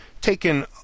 taken